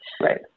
Right